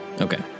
Okay